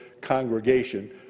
congregation